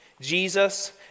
Jesus